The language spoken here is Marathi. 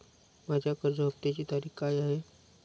माझ्या कर्ज हफ्त्याची तारीख काय आहे?